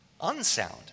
unsound